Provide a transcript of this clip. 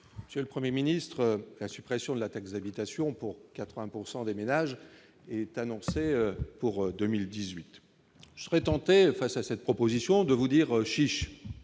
ministre actuel 1er ministre la suppression de la taxe habitation pour 80 pourcent des des ménages est annoncée pour 2018, je serais tenté face à cette proposition de vous dire chiche